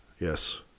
Yes